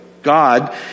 God